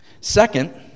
Second